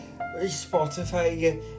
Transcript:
Spotify